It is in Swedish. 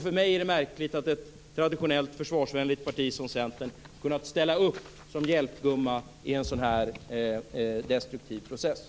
För mig är det märkligt att ett traditionellt försvarsvänligt parti som Centern har kunnat ställa upp som hjälpgumma i en sådan här destruktiv process.